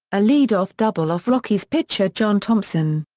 a leadoff double off rockies pitcher john thomson.